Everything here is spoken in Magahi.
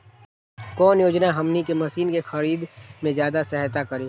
कौन योजना हमनी के मशीन के खरीद में ज्यादा सहायता करी?